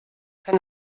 kann